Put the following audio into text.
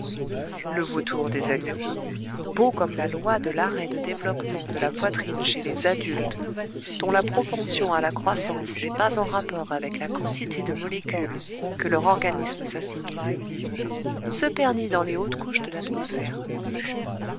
le vautour des agneaux beau comme la loi de l'arrêt de développement de la poitrine chez les adultes dont la propension à la croissance n'est pas en rapport avec la quantité de molécules que leur organisme s'assimile se perdit dans les hautes couches de l'atmosphère